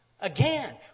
Again